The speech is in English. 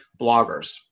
bloggers